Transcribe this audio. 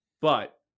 But-